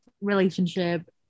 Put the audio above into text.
relationship